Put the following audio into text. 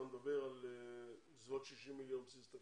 מדבר על בסביבות 60 מיליון בסיס תקציב?